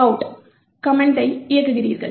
out கமெண்டை இயக்குகிறீர்கள்